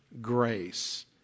grace